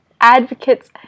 Advocates